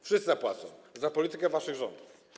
Wszyscy zapłacą za politykę waszych rządów.